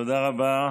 תודה רבה.